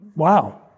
wow